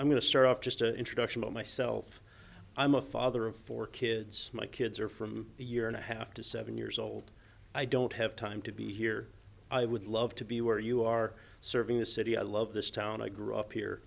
i'm going to start off just an introduction by myself i'm a father of four kids my kids are from a year and a half to seven years old i don't have time to be here i would love to be where you are serving the city i love this town i grew up here